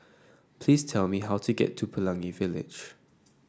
please tell me how to get to Pelangi Village